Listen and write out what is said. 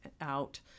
out